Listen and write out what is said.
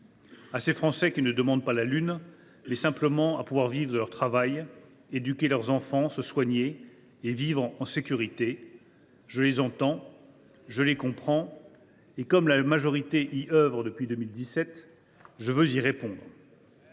À ces Français qui ne demandent pas la lune, mais simplement à pouvoir vivre de leur travail, éduquer leurs enfants, se soigner et vivre en sécurité. « Je les entends, je les comprends et, comme la majorité qui œuvre en ce sens depuis 2017, je veux leur répondre.